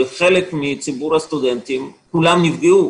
כל הסטודנטים נפגעו,